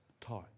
time